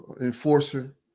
enforcer